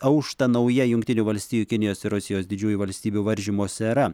aušta nauja jungtinių valstijų kinijos ir rusijos didžiųjų valstybių varžymosi era